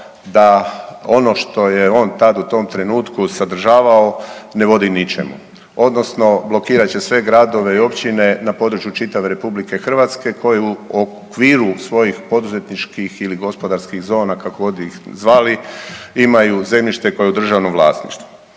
da ono što je on tad u tom trenutku sadržavao, ne vodi ničemu, odnosno blokirat će sve gradove i općine na području čitave RH koju u okviru svojih poduzetničkih ili gospodarskih zona, kako god ih zvali, imaju zemljište koje je u državnom vlasništvu.